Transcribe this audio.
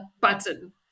button